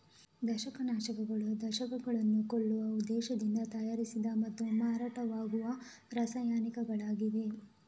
ದಂಶಕ ನಾಶಕಗಳು ದಂಶಕಗಳನ್ನು ಕೊಲ್ಲುವ ಉದ್ದೇಶದಿಂದ ತಯಾರಿಸಿದ ಮತ್ತು ಮಾರಾಟವಾಗುವ ರಾಸಾಯನಿಕಗಳಾಗಿವೆ